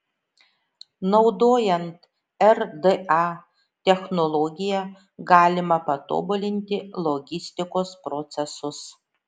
naudojant rda technologiją galima patobulinti logistikos procesus